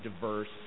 diverse